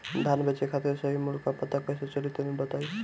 धान बेचे खातिर सही मूल्य का पता कैसे चली तनी बताई?